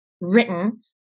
written